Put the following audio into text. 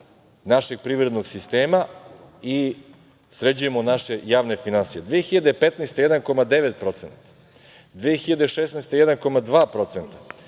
našeg privrednog sistema i sređujemo naše javne finansije, 2015. godine 1,9%,